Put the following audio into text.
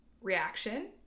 reaction